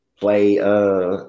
play